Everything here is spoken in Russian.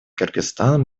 кыргызстан